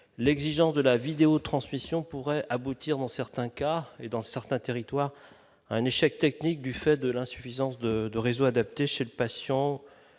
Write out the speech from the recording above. l'exigence de la vidéo transmission pourrait aboutir dans certains cas et dans certains territoires un échec technique du fait de l'insuffisance de de réseaux adaptés chez le patient